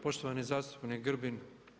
Poštovani zastupnik Grbin.